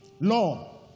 law